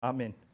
Amen